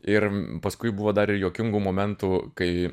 ir paskui buvo dar ir juokingų momentų kai